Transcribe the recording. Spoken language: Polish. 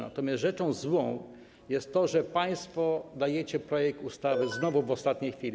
Natomiast rzeczą złą jest to, że państwo znowu dajecie projekt ustawy w ostatniej chwili.